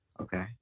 Okay